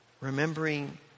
Remembering